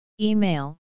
Email